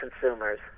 consumers